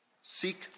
seek